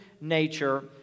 nature